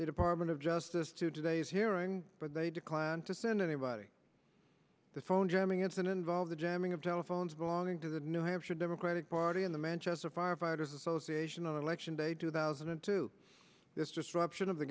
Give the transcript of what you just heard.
the department of justice to today's hearing but they declined to send anybody the phone jamming it's an involve the jamming of telephones belonging to the new hampshire democratic party in the manchester firefighters association on election day two thousand and two this destruction of the